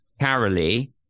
Carolee